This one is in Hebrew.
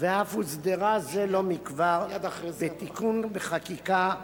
ואף הוסדרה זה לא מכבר בתיקון בחקיקה,